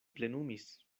plenumis